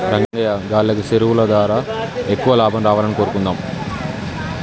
రంగయ్యా గాల్లకి సెరువులు దారా ఎక్కువ లాభం రావాలని కోరుకుందాం